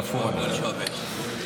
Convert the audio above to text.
תפור עליך.